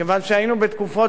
עיניהם טחו מראות,